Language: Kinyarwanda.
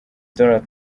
donald